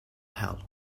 hell